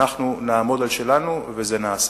אנחנו נעמוד על שלנו, וזה נעשה.